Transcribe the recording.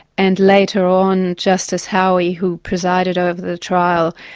and later on, justice howie, who presided over the trial,